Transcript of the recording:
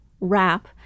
wrap